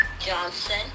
Johnson